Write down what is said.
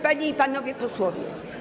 Panie i Panowie Posłowie!